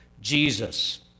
Jesus